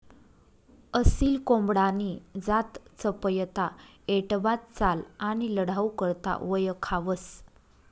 असील कोंबडानी जात चपयता, ऐटबाज चाल आणि लढाऊ करता वयखावंस